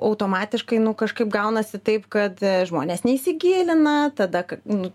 automatiškai nu kažkaip gaunasi taip kad žmonės neįsigilina tada nu